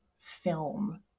film